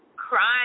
Crying